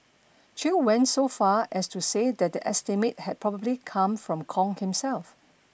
Chew went so far as to say that the estimate had probably come from Kong himself